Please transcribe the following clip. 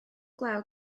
glaw